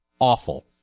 awful